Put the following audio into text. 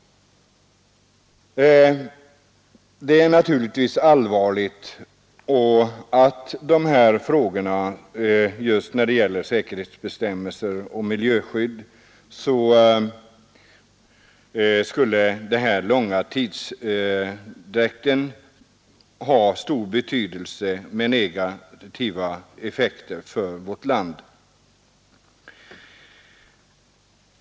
Det är naturligtvis allvarligt, och när det gäller säkerhetsbestämmelser och miljöskydd skulle den långa tidsutdräkten kunna få negativa effekter för vårt land.